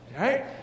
Right